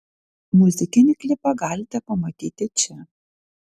muzikinį klipą galite pamatyti čia